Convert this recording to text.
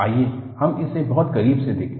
आइए हम इसे बहुत करीब से देखें